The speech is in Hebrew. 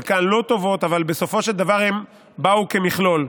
חלקן לא טובות, אבל בסופו של דבר הן באו כמכלול,